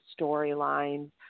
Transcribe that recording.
storylines